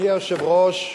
בוודאי.